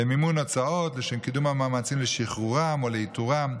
למימון הוצאות לשם קידום המאמצים לשחרורם או לאיתורם,